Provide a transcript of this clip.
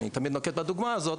אני תמיד נוקט בדוגמה הזאת,